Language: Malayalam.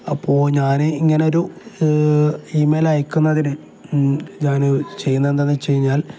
അപ്പോള് ഞാന് ഇങ്ങനെയൊരു ഇമെയിൽ അയക്കുന്നതിന് ഞാന് ചെയ്യുന്നത് എന്താണെന്ന് വെച്ചുകഴിഞ്ഞാൽ